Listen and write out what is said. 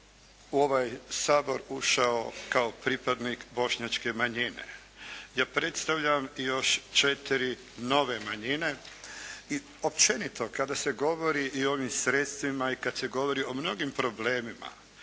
u ovaj Sabor ušao kao pripadnik bošnjačke manjine. Ja predstavljam još 4 nove manjine i općenito kada se govori i o ovim sredstvima i kad se govori o mnogim problemima